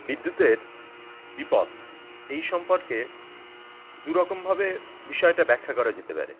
বিদ্যুতের বিপদ এই সম্পর্কে দুরকমভাবে বিষয়টা ব্যাখ্যা করা যেতে পারে